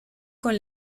con